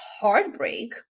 heartbreak